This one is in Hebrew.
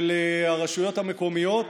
של הרשויות המקומיות,